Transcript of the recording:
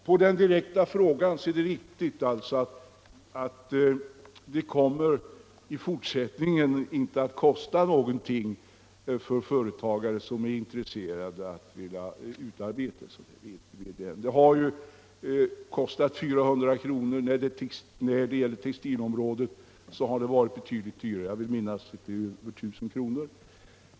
På den direkta frågan vill jag alltså svara att det är riktigt att det i fortsättningen inte kommer att kosta någonting för de företagare som är intresserade av att utarbeta sådan VDN-märkning. Den har tidigare kostat 400 kr., och när det gällt textilområdet har den visst varit betydligt dyrare — jag vill minnas att den då kostade över 1000 kr.